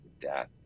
death